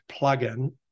plugin